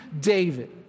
David